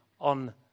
on